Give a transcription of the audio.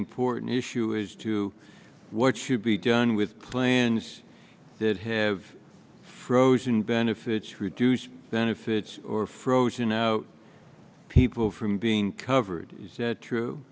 important issue as to what should be done with plans that have frozen benefits reduced benefits or frozen out people from being covered is that true